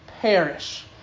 perish